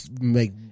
make